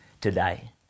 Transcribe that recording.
today